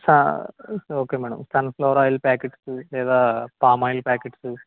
స okay madam sunflower oil packets లేదా palm oil packets